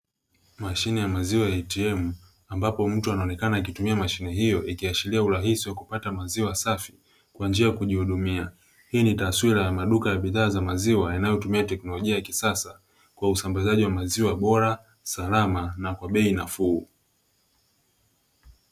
Mashine ya maziwa ya ATM ambapo mtu anaonekana akitumia mashine hiyo ikiashiria urahisi wa kupata maziwa safi kwa njia ya kujihudumia. Hii ni taswira ya maduka ya bidhaa za maziwa yanayotumia teknolojia ya kisasa kwa usambazaji wa maziwa bora, salama na kwa bei nafuu.